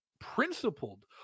principled